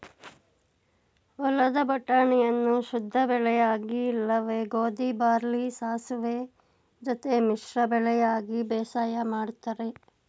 ಹೊಲದ ಬಟಾಣಿಯನ್ನು ಶುದ್ಧಬೆಳೆಯಾಗಿ ಇಲ್ಲವೆ ಗೋಧಿ ಬಾರ್ಲಿ ಸಾಸುವೆ ಜೊತೆ ಮಿಶ್ರ ಬೆಳೆಯಾಗಿ ಬೇಸಾಯ ಮಾಡ್ತರೆ